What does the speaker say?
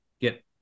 get